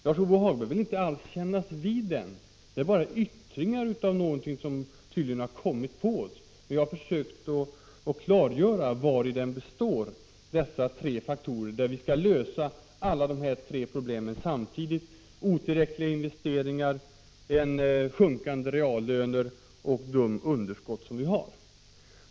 Lars-Ove Hagberg vill inte kännas vid den — den är bara yttringar av något som har kommit över oss. Jag har försökt klargöra vari den består. Det är tre problem som vi skall lösa samtidigt: otillräckliga investeringar, sjunkande reallöner och de underskott som vi har.